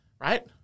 Right